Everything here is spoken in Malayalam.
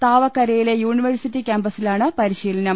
താവക്കര യിലെ യൂണിവേഴ്സിറ്റി ക്യാംപസിലാണ് പരിശീലനം